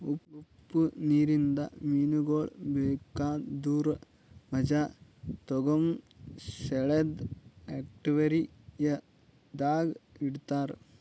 ಉಪ್ಪು ನೀರಿಂದ ಮೀನಗೊಳಿಗ್ ಬೇಕಾದುರ್ ಮಜಾ ತೋಗೋಮ ಸಲೆಂದ್ ಅಕ್ವೇರಿಯಂದಾಗ್ ಇಡತಾರ್